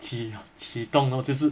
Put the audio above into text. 起起动 lor 就是